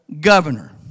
governor